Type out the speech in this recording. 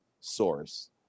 source